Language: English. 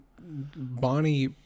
Bonnie